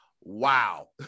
Wow